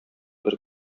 бер